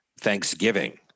Thanksgiving